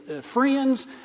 friends